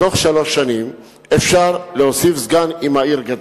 שבתוך שלוש שנים אפשר להוסיף סגן אם העיר גדלה.